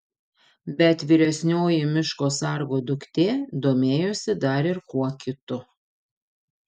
bet vyresnioji miško sargo duktė domėjosi dar ir kuo kitu